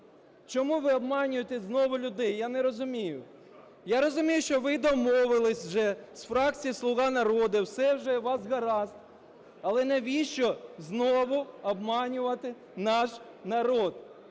Чому ви обманюєте знову людей, я не розумію. Я розумію, що ви домовилися вже з фракцією "Слуга народу", все вже у вас гаразд. Але навіщо знову обманювати наш народ?